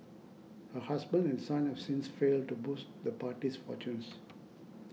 her husband and son have since failed to boost the party's fortunes